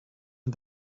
and